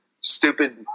stupid